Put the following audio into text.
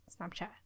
snapchat